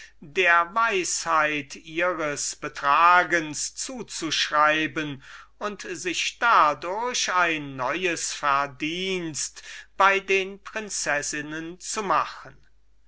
der weisheit ihres betragens zu zuschreiben und sich dadurch ein neues verdienst bei den prinzessinnen zu machen